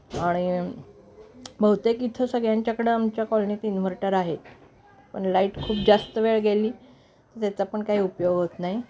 आणि बहुतेक इथं सगळ्यांच्याकडं आमच्या कॉलनीत इनव्हर्टर आहे पण लाईट खूप जास्त वेळ गेली तर त्याचा पण काही उपयोग होत नाही